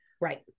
Right